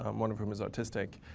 um one of whom is autistic.